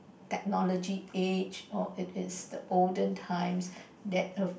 technology age or it is the olden times that uh